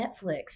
Netflix